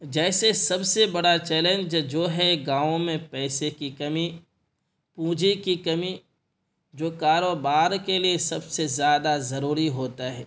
جیسے سب سے بڑا چیلنج جو ہے گاؤں میں پیسے کی کمی پونجے کی کمی جو کاروبار کے لیے سب سے زیادہ ضروری ہوتا ہے